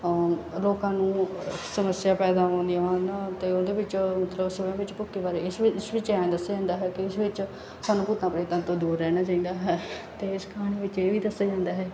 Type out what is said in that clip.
ਲੋਕਾਂ ਨੂੰ ਸਮੱਸਿਆ ਪੈਦਾ ਹੁੰਦੀਆਂ ਹਨ ਅਤੇ ਉਹਦੇ ਵਿੱਚ ਮਤਲਵ ਸਿਵੀਆਂ ਵਿੱਚ ਭੁੱਕੀ ਬਾਰੇ ਇਸ ਵਿੱਚ ਐਂ ਦੱਸਿਆ ਜਾਂਦਾ ਹੈ ਦੇਸ਼ ਵਿੱਚ ਸਾਨੂੰ ਭੂਤਾਂ ਪ੍ਰੇਤਾਂ ਤੋਂ ਦੂਰ ਰਹਿਣਾ ਚਾਹੀਦਾ ਹੈ ਅਤੇ ਇਸ ਕਹਾਣੀ ਵਿੱਚ ਇਹ ਵੀ ਦੱਸਿਆ ਜਾਂਦਾ ਹੈ ਕਿ